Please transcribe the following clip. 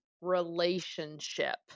relationship